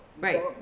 right